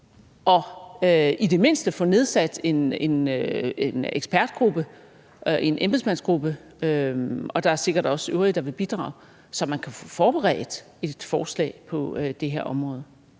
og i det mindste få nedsat en ekspertgruppe, en embedsmandsgruppe – og der er sikkert også andre, der vil bidrage – så man kan få forberedt et forslag på det her område.